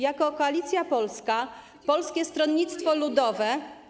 Jako Koalicja Polska, Polskie Stronnictwo Ludowe.